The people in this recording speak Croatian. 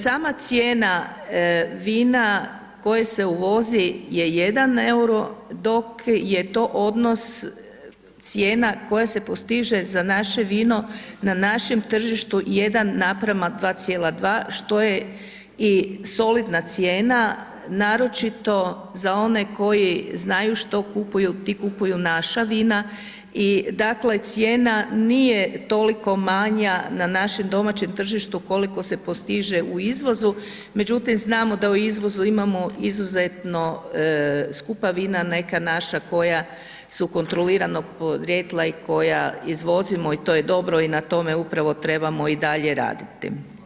Sama cijena vina koje se uvozi je 1 EUR-o, dok je to odnos cijena koje se postiže za naše vino na našim tržištu 1:2,2 što je i solidna cijena, naročito za one koji znaju što kupuju, ti kupuju naša vina, i dakle, cijena nije toliko manja na našem domaćem tržištu koliko se postiže u izvozu, međutim znamo da u izvozu imamo izuzetno skupa vina, neka naša koja su kontroliranog porijekla i koja izvozimo i to je dobro i na tome upravo trebamo i dalje raditi.